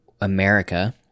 America